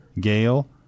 Gail